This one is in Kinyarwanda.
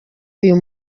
uyu